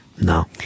No